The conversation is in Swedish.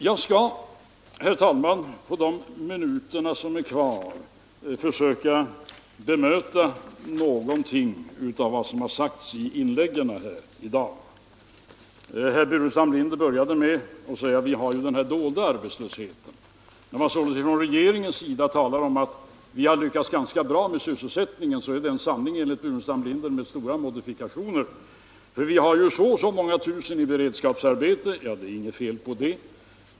Jag skall, herr talman, på de minuter som är kvar försöka bemöta något av vad som sagts i inläggen här i dag. Herr Burenstam Linder började med att säga att vi har den dolda arbetslösheten. När vi från regeringens sida talar om att vi har lyckats bra när det gäller sysselsättningen är detta således en sanning med stora modifikationer, enligt herr Burenstam Linder. Vi har, säger han, så och så många tusen i beredskapsarbete. Men det är inget fel på det.